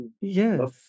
Yes